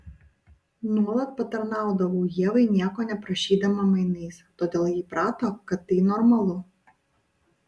nuolat patarnaudavau ievai nieko neprašydama mainais todėl ji įprato kad tai normalu